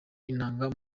inanga